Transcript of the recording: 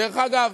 דרך אגב,